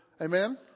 Amen